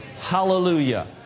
Hallelujah